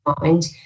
mind